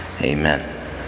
Amen